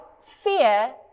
fear